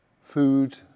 food